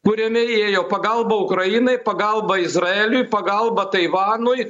kuriame įėjo pagalba ukrainai pagalba izraeliui pagalba taivanui